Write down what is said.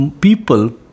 people